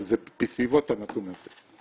אבל זה בסביבות הנתון הזה.